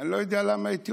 אני לא יודע למה אתיופים,